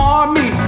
Army